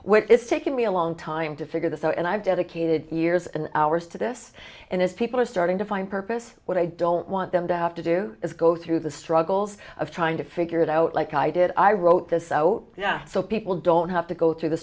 when it's taken me a long time to figure this out and i've dedicated years and hours to this and as people are starting to find purpose what i don't want them to have to do is go through the struggles of trying to figure it out like i did i wrote this out so people don't have to go t